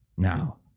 now